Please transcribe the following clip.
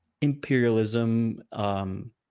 imperialism